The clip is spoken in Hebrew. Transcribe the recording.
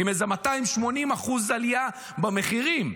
עם איזה 280% עלייה במחירים?